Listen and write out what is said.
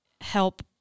help